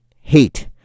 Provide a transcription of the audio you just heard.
hate